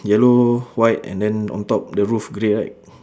yellow white and then on top the roof grey right